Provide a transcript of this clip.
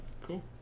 Cool